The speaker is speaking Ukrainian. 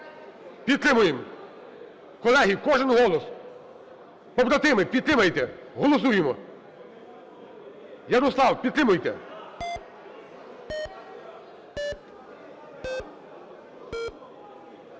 Підтримуємо. Колеги, кожен голос. Побратими, підтримайте. Голосуємо. Ярослав, підтримайте.